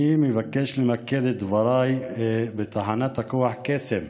אני מבקש למקד את דבריי בתחנת הכוח קסם,